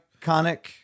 iconic